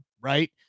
right